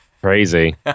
crazy